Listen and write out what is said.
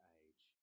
age